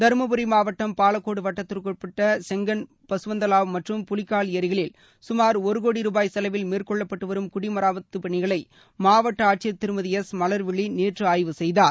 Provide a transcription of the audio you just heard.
தருமபுரி மாவட்டம் பாலகோடு வட்டத்திற்குட்பட்ட செங்கன் பசுவந்தலாவ் மற்றும் புலிக்கால் ஏரிகளில் சுமார் ஒரு கோடி ரூபாய் செலவில் மேற்கொள்ளப்பட்டு வரும் குடிமராமத்து பணிகளை மாவட்ட ஆட்சியர் திருமதி எஸ் மலர்விழி நேற்று ஆய்வு செய்தார்